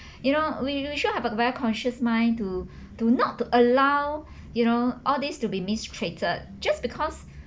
you know we we should have a very conscious mind to to not to allow you know all these to be mistreated just because